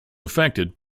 affected